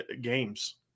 games